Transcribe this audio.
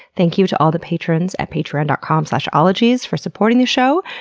thank you to all the patrons at patreon dot com slash ologies for supporting the show.